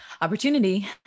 opportunity